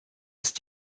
ist